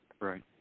Right